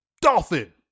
Dolphin